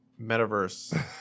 metaverse